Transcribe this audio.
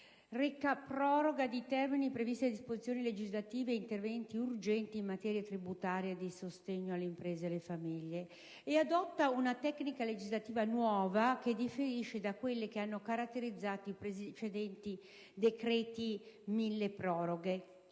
reca «Proroga di termini previsti da disposizioni legislative e di interventi urgenti in materia tributaria e di sostegno alle imprese e alle famiglie» e adotta una tecnica legislativa nuova che differisce da quelle che hanno caratterizzato i precedenti decreti cosiddetti milleproroghe.